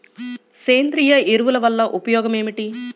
సేంద్రీయ ఎరువుల వల్ల ఉపయోగమేమిటీ?